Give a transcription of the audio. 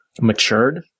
matured